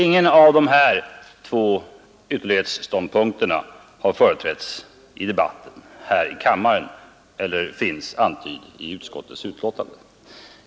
Ingen av de här två ytterlighetsståndpunkterna har företrätts i debatten här i kammaren, och de finns inte heller antydda i utskottets betänkande.